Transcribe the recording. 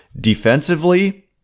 defensively